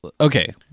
Okay